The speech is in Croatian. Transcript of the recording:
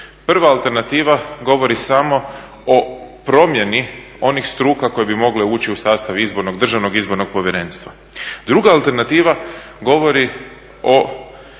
Prva alternativa govori samo o promjeni onih struka koje bi mogle ući u sastav Državnog izbornog povjerenstva. Druga alternativa govorio